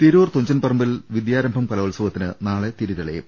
തിരൂർ തുഞ്ചൻപറമ്പിൽ വിദ്യാരംഭം കലോത്സവത്തിന് നാളെ തിരി തെളിയും